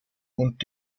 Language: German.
und